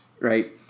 right